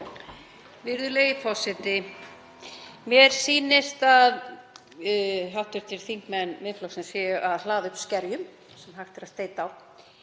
Virðulegi forseti. Mér sýnist að hv. þingmenn Miðflokksins séu að hlaða upp skerjum sem hægt er að steyta á